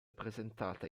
presentata